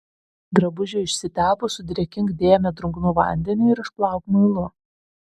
drabužiui išsitepus sudrėkink dėmę drungnu vandeniu ir išplauk muilu